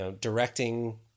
directing